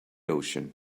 ocean